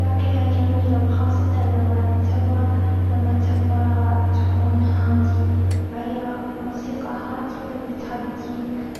لكنها جميلة وخاصة لما تبغى لما تبغى تكون هادي، فهي موسيقى هادية فبتهديك.